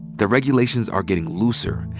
the regulations are getting looser.